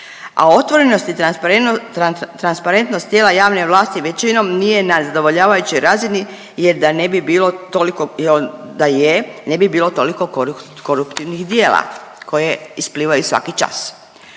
a otvorenost i transparentnost tijela javne vlasti većinom nije na zadovoljavajućoj razini jer da ne bi bilo toliko, da je ne bi bilo toliko koruptivnih djela koje isplivaju svaki čas.